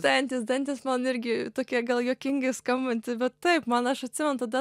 dantys dantys man irgi tokie gal juokingai skambanti bet taip man aš atsimenu tada